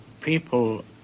people